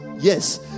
Yes